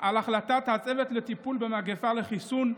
על החלטת הצוות לטיפול במגפה על החיסון,